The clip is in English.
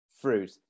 fruit